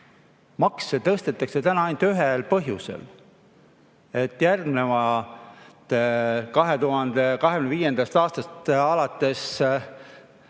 Makse tõstetakse täna ainult ühel põhjusel: et 2025. aastast alates